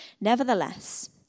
Nevertheless